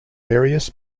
various